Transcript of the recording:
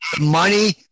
money